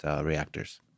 reactors